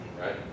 right